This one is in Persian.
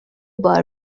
بار